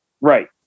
Right